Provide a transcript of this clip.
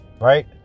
right